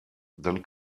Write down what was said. dann